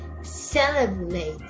Celebrate